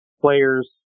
players